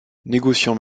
négociant